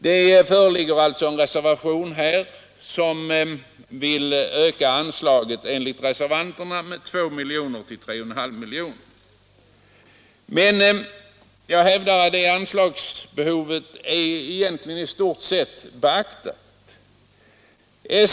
Här föreligger en reservation som vill öka anslaget med 2 miljoner till 3,5 miljoner. Jag vill dock hävda att det anslagsbehovet i stort sett är beaktat.